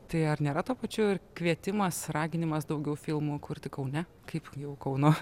tai ar nėra tuo pačiu ir kvietimas raginimas daugiau filmų kurti kaune kaip jau kauno